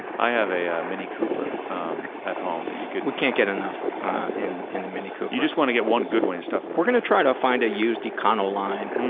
i have a ah mini-cooper um at home that you could paul we can't get enough in in the mini-cooper. you just wanna get one good one, you stuff em. we're gonna try to find a used econoline,